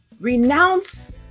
renounce